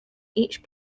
each